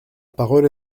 parole